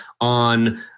on